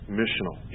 missional